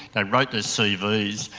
they wrote their so cvs,